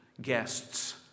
guests